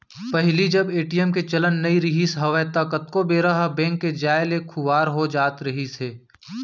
पहिली जब ए.टी.एम के चलन नइ रिहिस हवय ता कतको बेरा ह बेंक के जाय ले खुवार हो जात रहिस हे